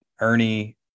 Ernie